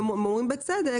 הם אומרים בצדק,